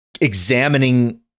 examining